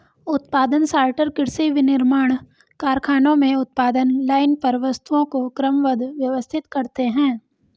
उत्पादन सॉर्टर कृषि, विनिर्माण कारखानों में उत्पादन लाइन पर वस्तुओं को क्रमबद्ध, व्यवस्थित करते हैं